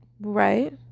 Right